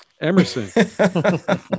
Emerson